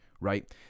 right